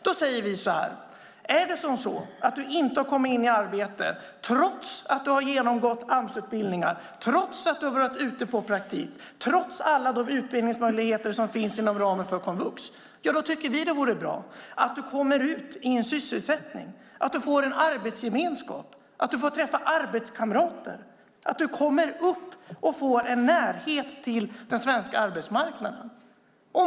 Då säger vi så här: Har du inte kommit in i arbete trots att du har genomgått Amsutbildningar, trots att du har varit ute på praktik och trots alla de utbildningsmöjligheter som finns inom ramen för komvux, då tycker vi att det är bra att du kommer ut i en sysselsättning, att du får en arbetsgemenskap, att du får träffa arbetskamrater och att du kommer upp och får en närhet till den svenska arbetsmarknaden.